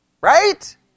right